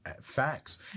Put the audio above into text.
Facts